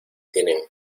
tienen